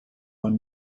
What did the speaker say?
one